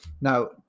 Now